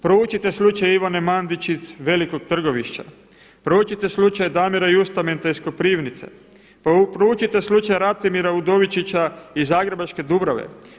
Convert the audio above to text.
Proučite slučaj Ivane Mandić iz Velikog Trgovišća, proučite slučaj Damira Justamenta iz Koprivnice, proučite slučaj Ratimira Udovičića iz zagrebačke Dubrave.